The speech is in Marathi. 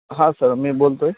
हा सर मी बोलतो आहे